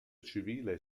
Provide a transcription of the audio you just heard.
civile